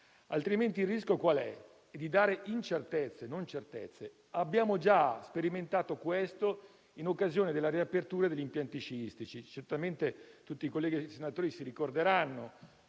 altrimenti il rischio è di dare, al contrario, incertezze. Abbiamo già sperimentato questo in occasione della riapertura degli impianti sciistici. Certamente tutti i colleghi senatori ricorderanno